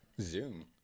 Zoom